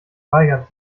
weigert